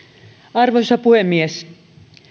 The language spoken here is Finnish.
arvoisa puhemies